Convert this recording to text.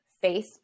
face